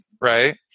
right